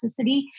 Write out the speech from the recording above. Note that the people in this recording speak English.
toxicity